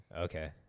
Okay